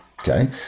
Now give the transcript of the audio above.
Okay